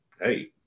hey